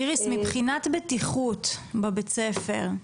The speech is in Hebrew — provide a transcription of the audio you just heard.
איריס מבחינת בטיחות בבית הספר,